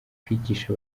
kwigisha